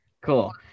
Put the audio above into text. Cool